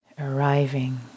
arriving